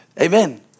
Amen